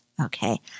Okay